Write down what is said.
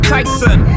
Tyson